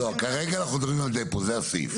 לא, לא, כרגע אנחנו מדברים על דפו, זה הסעיף.